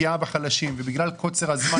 בגלל קוצר הזמן,